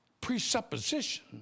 presupposition